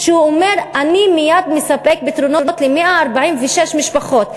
שהוא אומר אני מייד מספק פתרונות ל-146 משפחות.